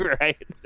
Right